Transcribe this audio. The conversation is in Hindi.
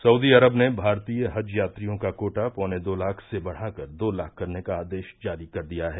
सऊदी अरब ने भारतीय हज यात्रियों का कोटा पौने दो लाख से बढ़ाकर दो लाख करने का आदेश जारी कर दिया है